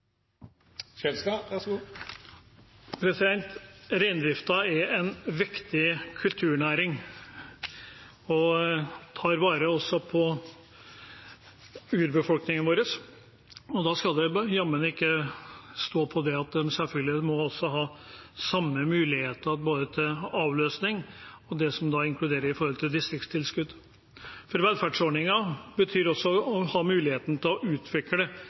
er en viktig kulturnæring, og den tar også vare på urbefolkningen vår. Da må de selvfølgelig også ha samme muligheter både til avløser og til det en inkluderer når det gjelder distriktstilskudd. Velferdsordninger betyr også å ha muligheten til å utvikle